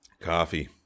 Coffee